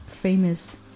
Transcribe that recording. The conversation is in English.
famous